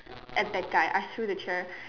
and that guy I threw that chair